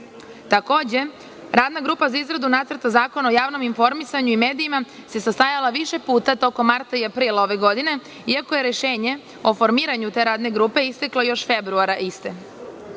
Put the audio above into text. Briselu. Takođe, Radna grupa za izradu Nacrta Zakona o javnom informisanju i medijima se sastajala više puta tokom marta i aprila ove godine, iako je rešenje o formiranju te radne grupe isteklo još februara iste.